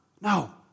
No